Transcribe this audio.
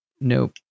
Nope